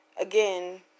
again